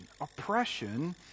oppression